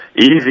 Easy